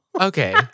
Okay